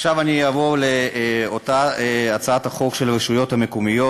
עכשיו אני אעבור להצעת חוק הרשויות המקומיות,